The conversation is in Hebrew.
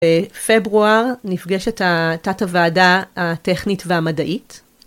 בפברואר נפגשת התת הוועדה הטכנית והמדעית.